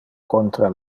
contra